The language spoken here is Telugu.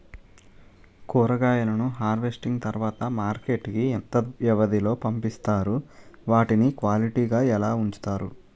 కూరగాయలను హార్వెస్టింగ్ తర్వాత మార్కెట్ కి ఇంత వ్యవది లొ పంపిస్తారు? వాటిని క్వాలిటీ గా ఎలా వుంచుతారు?